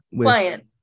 client